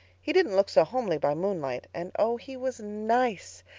he didn't look so homely by moonlight and oh, he was nice.